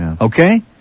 okay